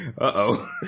Uh-oh